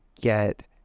get